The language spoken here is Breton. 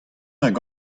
hag